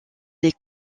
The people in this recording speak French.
les